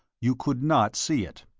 you could not see it.